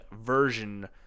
version